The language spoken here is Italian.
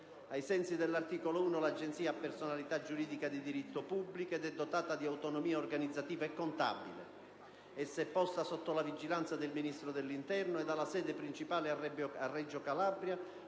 Ai sensi dell'articolo 1, l'Agenzia ha personalità giuridica di diritto pubblico ed è dotata di autonomia organizzativa e contabile. Essa è posta sotto la vigilanza del Ministro dell'interno e ha la sede principale a Reggio Calabria,